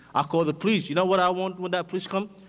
ah call the police. you know what i want when that police come?